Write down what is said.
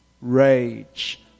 rage